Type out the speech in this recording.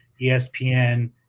espn